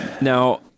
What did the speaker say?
Now